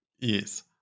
Yes